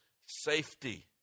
safety